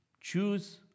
Choose